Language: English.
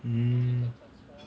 mm